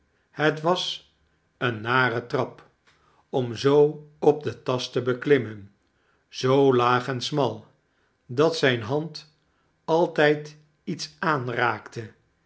het was een nare trap om-zoo op den tast te beklimmen zoo laag en smal dat zijne hand altijd iets aanraakte